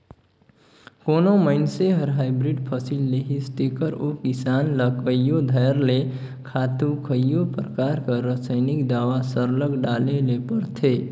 कोनो मइनसे हर हाईब्रिड फसिल लेहिस तेकर ओ किसान ल कइयो धाएर ले खातू कइयो परकार कर रसइनिक दावा सरलग डाले ले परथे